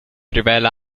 rivela